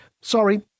Sorry